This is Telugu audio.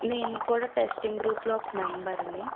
నేను కూడా టెస్టింగ్ గ్రూప్లో ఒక మెంబర్ని